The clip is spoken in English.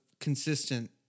consistent